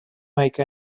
make